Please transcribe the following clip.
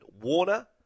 Warner